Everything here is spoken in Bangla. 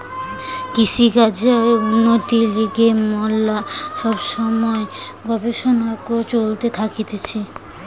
কৃষিকাজের উন্নতির লিগে ম্যালা সব সময় গবেষণা চলতে থাকতিছে